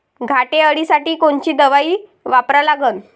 घाटे अळी साठी कोनची दवाई वापरा लागन?